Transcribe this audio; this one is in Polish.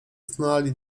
znali